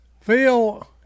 Phil